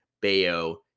Bayo